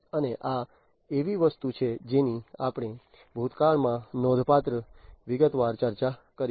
અને આ એવી વસ્તુ છે જેની આપણે ભૂતકાળમાં નોંધપાત્ર વિગતવાર ચર્ચા કરી છે